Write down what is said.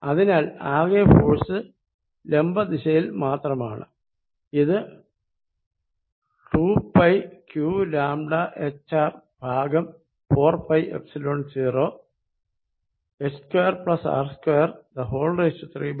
അതിനാൽ ആകെ ഫോഴ്സ് ലംബ ദിശയിൽ മാത്രമാണ് ഇത് 2πqλhR ഭാഗം 4πϵ0 h2R232